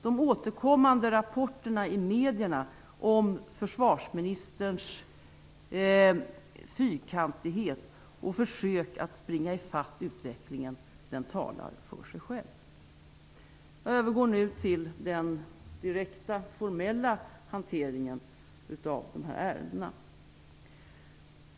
De återkommande rapporterna i medierna om försvarsministerns fyrkantighet och försök att springa i fatt utvecklingen talar för sig själva. Jag övergår nu till den direkta formella hanteringen av de här ärendena.